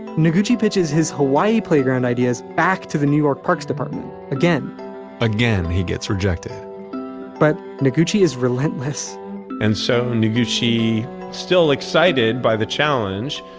noguchi pitches his hawaii playground ideas back to the new york parks department again again, he gets rejected but noguchi is relentless and so noguchi still excited by the challenge,